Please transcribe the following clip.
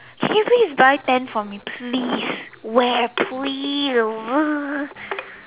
can you please buy ten for me please where please